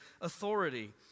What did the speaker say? authority